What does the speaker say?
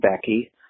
Becky